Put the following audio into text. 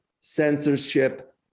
censorship